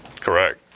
Correct